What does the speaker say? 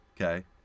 Okay